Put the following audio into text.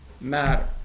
matter